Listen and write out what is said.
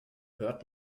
hört